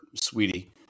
sweetie